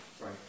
Right